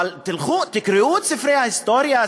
אבל תקראו את ספרי ההיסטוריה,